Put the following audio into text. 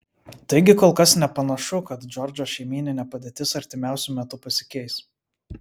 taigi kol kas nepanašu kad džordžo šeimyninė padėtis artimiausiu metu pasikeis